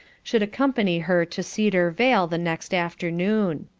should accompany her to cedar vale the next afternoon.